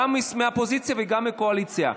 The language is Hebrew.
גם מהאופוזיציה וגם מהקואליציה.